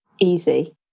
easy